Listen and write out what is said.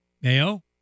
Mayo